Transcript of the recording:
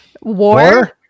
War